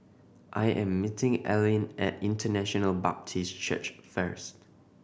I am meeting Alene at International Baptist Church first